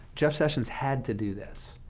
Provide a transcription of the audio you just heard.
jeff sessions had to do this.